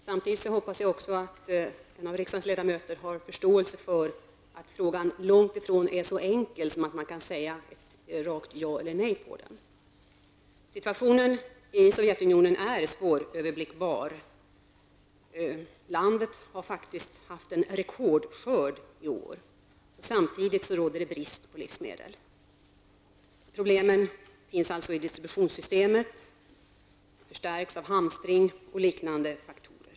Herr talman! Jag har förståelse för att denna fråga spontant uppstått. Samtidigt hoppas jag att riksdagens ledamöter förstår att denna fråga långt ifrån är så enkel att man bara rakt kan säga ja eller nej. Situationen i Sovjetunionen är svåröverblickbar. Landet har faktiskt haft en rekordskörd i år, men samtidigt råder det brist på livsmedel. Problemen finns alltså i distributionssystemet och förstärks av hamstring och liknande faktorer.